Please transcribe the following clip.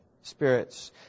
spirits